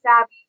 savvy